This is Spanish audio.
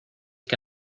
que